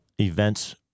events